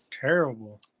Terrible